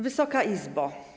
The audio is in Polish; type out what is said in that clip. Wysoka Izbo!